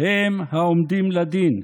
הם העומדים לדין,